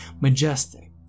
majestic